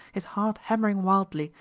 his heart hammering wildly,